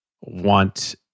want